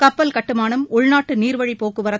கப்பல் கட்டுமானம் உள்நாட்டு நீர்வழி போக்குவரத்து